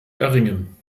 erringen